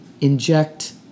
inject